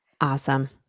awesome